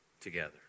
together